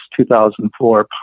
2004